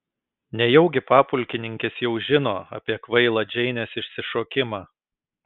nejaugi papulkininkis jau žino apie kvailą džeinės išsišokimą